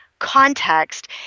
context